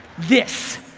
this.